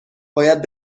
باید